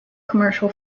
commercial